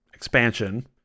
Expansion